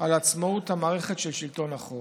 על עצמאות מערכת שלטון החוק,